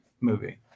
movie